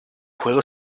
juego